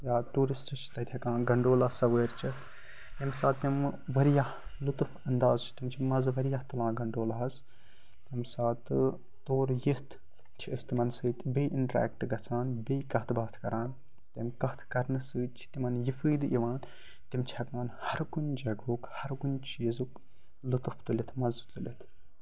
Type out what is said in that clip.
یا ٹُوٗرِسٹ چھِ تَتہِ ہٮ۪کان گَنڈولا سَوٲرۍ چٮ۪تھ ییٚمہِ ساتہٕ تِم واریاہ لُطف اَنداز چھِ تِم چھِ مَزٕ واریاہ تُلان گَنٛڈولاہَس ییٚمہِ ساتہٕ تورٕ یِتھ چھِ أسۍ تِمَن سۭتۍ بیٚیہِ اِنٹرٛیکٹ گژھان بیٚیہِ کَتھ باتھ کران تَمۍ کَتھ کَرنہٕ سۭتۍ چھِ تِمَن یہِ فٲیِدٕ یِوان تِم چھِ ہٮ۪کان ہَر کُنہِ جَگہُک ہَر کُنہِ چیٖزُک لُطف تُلِتھ مَزٕ تُلِتھ